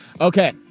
Okay